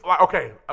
Okay